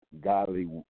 godly